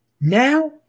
Now